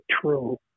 true